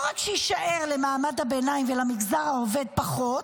רק שיישאר למעמד הביניים ולמגזר העובד פחות,